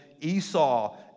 Esau